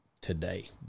today